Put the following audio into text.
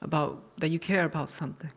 that but you care about something.